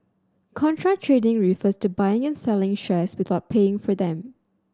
contra trading refers to buying and selling shares without paying for them